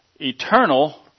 eternal